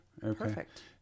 Perfect